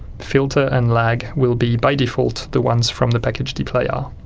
filter and lag will be by default the ones from the package dplyr.